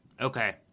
Okay